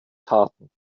taten